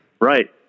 right